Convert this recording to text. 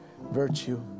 virtue